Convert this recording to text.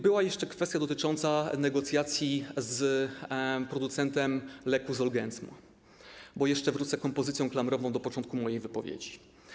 Była jeszcze kwestia dotycząca negocjacji z producentem leku Zolgensma, bo wrócę jeszcze kompozycją klamrową do początku mojej wypowiedzi.